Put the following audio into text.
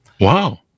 Wow